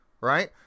right